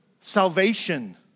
salvation